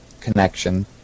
connection